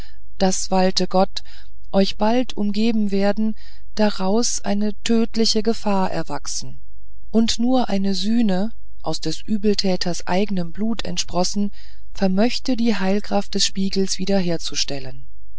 das walte gott euch bald umgeben werden daraus eine tödliche gefahr erwachsen und nur eine sühne aus des übeltäters eignem blut entsprossen vermöchte die heilkraft des spiegels wiederherzustellen